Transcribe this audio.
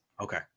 Okay